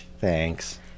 Thanks